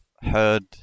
heard